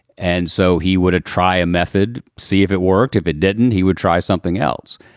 and so he would try a method, see if it worked. if it didn't. he would try something else.